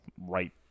right